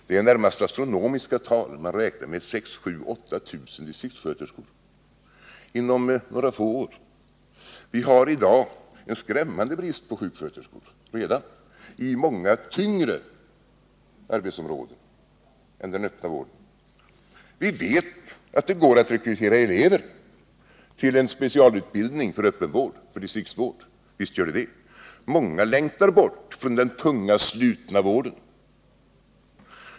Det är närmast astronomiska tal — man räknar med 6 000, 7 000 eller 8 000 distriktssköterskor inom några få år. Vi har redan i dag en skrämmande brist på sjuksköterskor inom många arbetsområden som är tyngre än den öppna vården. Vi vet att det går att rekrytera elever till en specialutbildning för öppenvård, för distriktsvård — visst går det. Många längtar bort från den tunga slutna vården.